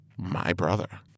mybrother